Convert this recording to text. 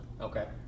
Okay